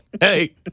Hey